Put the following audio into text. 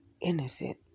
innocent